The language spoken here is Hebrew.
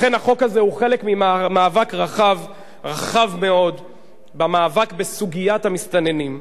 לכן החוק הזה הוא חלק ממאבק רחב מאוד במאבק בסוגיית המסתננים.